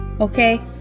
okay